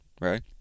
right